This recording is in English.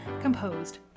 composed